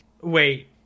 Wait